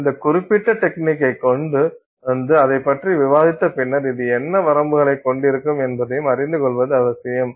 இந்த குறிப்பிட்ட டெக்னிக்கை கொண்டு வந்து அதைப் பற்றி விவாதித்த பின்னர் இது என்ன வரம்புகலை கொண்டிருக்கக்கூடும் என்பதையும் அறிந்து கொள்வது அவசியம்